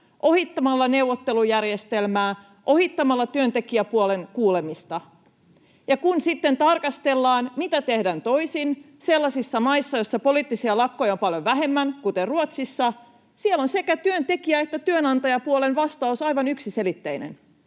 ohittamalla neuvottelujärjestelmää, ohittamalla työntekijäpuolen kuulemista. Ja kun sitten tarkastellaan, mitä tehdään toisin sellaisissa maissa, joissa poliittisia lakkoja on paljon vähemmän, kuten Ruotsissa, niin siellä on sekä työntekijä- että työnantajapuolen vastaus aivan yksiselitteinen: